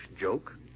joke